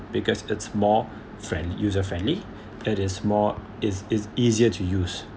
because it's more friendly user friendly it is more is is easier to use